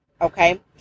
okay